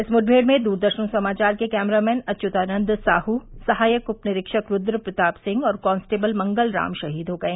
इस मुठमेड़ में दूरदर्शन समाचार के कैमरामैन अव्युतानन्द साह सहायक उप निरीक्षक रुद्रप्रताप सिंह और कांस्टेबल मंगलराम शहीद हो गये